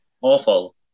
awful